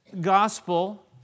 gospel